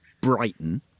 Brighton